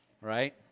Right